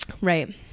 Right